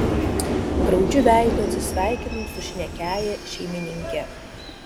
graudžiu veidu atsisveikinau su šnekiąja šeimininke